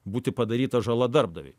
būti padaryta žala darbdaviui